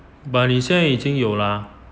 but 你现在已经有 lah